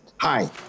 Hi